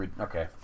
Okay